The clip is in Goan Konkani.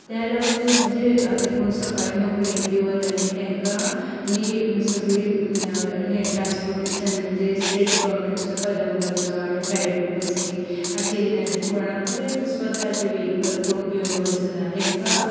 त्या लागून म्हणजे आता कोण सकाळीं नोकरेक बी वता न्ही तेंका ही सगळी हे ट्रान्सपोर्टेशन म्हणजे स्टेट गॉवर्मेंटाचो कदंबाचो आनी प्रायवेट बसी आशिल्ल्यान कोणा कडेन स्वताचे वेहीकल कोण घेवन वचना तेंका